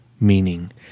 meaning